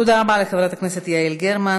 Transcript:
תודה רבה לחברת הכנסת יעל גרמן.